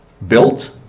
built